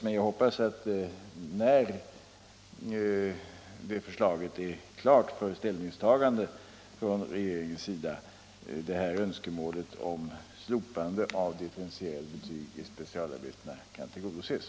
Men när det förslaget är klart för ställningstagande inom regeringen, hoppas jag att önskemålet om slopande av differentierade betyg i specialarbetena kan tillgodoses.